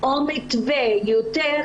או מתווה יותר